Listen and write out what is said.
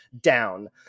down